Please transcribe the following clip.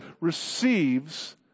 receives